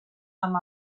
amb